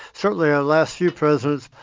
certainly our last few presidents,